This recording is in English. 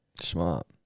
Smart